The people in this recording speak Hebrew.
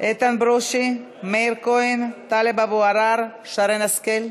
איתן ברושי, מאיר כהן, טלב אבו עראר, שרן השכל.